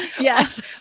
Yes